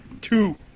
Two